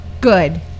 good